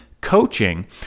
coaching